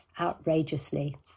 outrageously